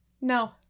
No